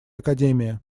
академия